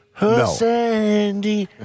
No